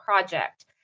project